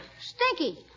Stinky